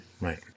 Right